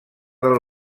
del